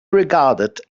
regarded